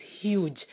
huge